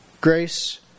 grace